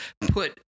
put